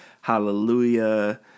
Hallelujah